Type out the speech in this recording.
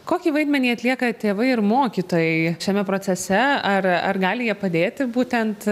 kokį vaidmenį atlieka tėvai ir mokytojai šiame procese ar ar gali jie padėti būtent